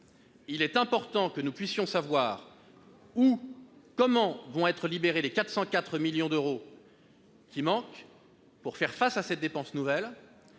il est important que nous puissions savoir où et comment vont être libérés les 404 millions d'euros qui manquent pour faire face à cette dépense nouvelle.